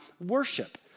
worship